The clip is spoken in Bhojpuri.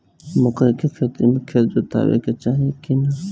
मकई के खेती मे खेत जोतावे के चाही किना?